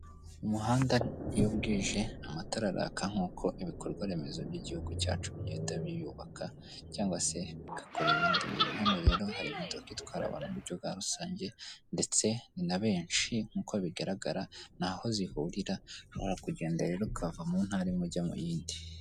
Umuhanda iyo bwije, amatara araka nk'uko ibikorwa remezo by'igihugu cyacu bigenda biyubaka cyangwa se bigakora ibindi bintu. Hano rero hari imodoka itwara abantu mu buryo bwa rusange ndetse na benshi; nk'uko bigaragara ni aho zihurira, ushobora kugenda rero ukava mu ntara imwe ujya mu yindi.